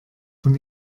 von